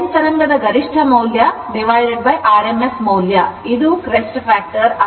sign ತರಂಗದ ಗರಿಷ್ಠ ಮೌಲ್ಯ rms ಮೌಲ್ಯ ಇದು crest factor ಆಗಿದೆ